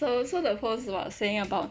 so so the post was about saying about